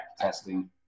testing